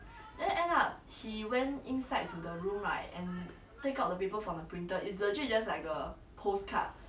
then he said it's supposed to be like that